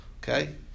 Okay